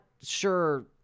sure